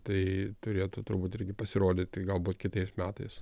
tai turėtų turbūt irgi pasirodyti galbūt kitais metais